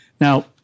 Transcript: Now